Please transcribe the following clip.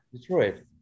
Detroit